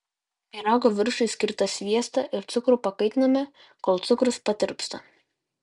pyrago viršui skirtą sviestą ir cukrų pakaitiname kol cukrus patirpsta